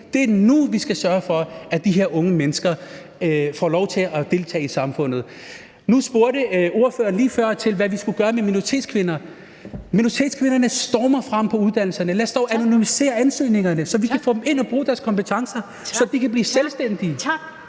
Det er nu, vi skal sørge for, at de her unge mennesker får lov til at deltage i samfundet. Nu spurgte ordføreren lige før til, hvad vi skulle gøre med minoritetskvinderne. Minoritetskvinderne stormer frem på uddannelserne. Lad os dog anonymisere ansøgningerne (Første næstformand (Karen Ellemann): Tak!) så vi kan få dem ud at bruge deres kompetencer, så de kan blive selvstændige.